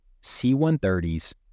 C-130s